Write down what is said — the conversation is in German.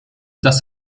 dass